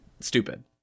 stupid